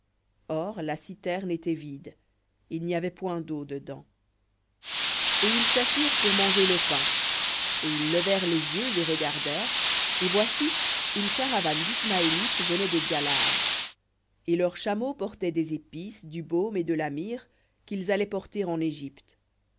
or la citerne était vide il n'y avait point d'eau dedans v et ils s'assirent pour manger le pain et ils levèrent les yeux et regardèrent et voici une caravane d'ismaélites venait de galaad et leurs chameaux portaient des épices du baume et de la myrrhe qu'ils allaient porter en égypte